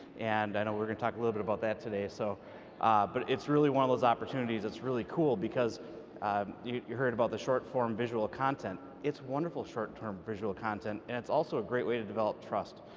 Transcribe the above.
and i know we're gonna talk a little bit about that today. so but it's really one of those opportunities that's really cool because you you heard about the short-form visual content. it's wonderful short-term visual content, and it's also a great way to develop trust.